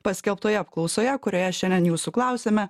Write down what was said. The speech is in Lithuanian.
paskelbtoje apklausoje kurioje šiandien jūsų klausiame